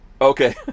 Okay